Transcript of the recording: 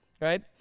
right